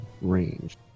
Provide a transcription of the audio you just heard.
range